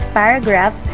paragraph